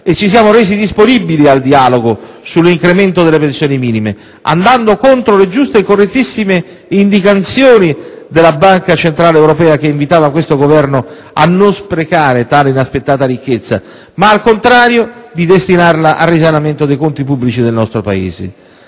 e ci siamo resi disponibili al dialogo sull'incremento delle pensioni minime, andando contro le giuste e correttissime indicazioni della Banca centrale europea che invitava questo Governo a non sprecare tale inaspettata ricchezza ma, al contrario, a destinarla al risanamento dei conti pubblici del nostro Paese.